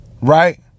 right